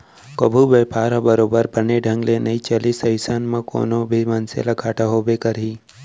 कभू बयपार ह बरोबर बने ढंग ले नइ चलिस अइसन म कोनो भी मनसे ल घाटा होबे करही